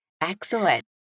Excellent